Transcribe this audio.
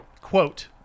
quote